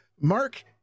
Mark